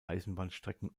eisenbahnstrecken